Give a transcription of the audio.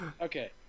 Okay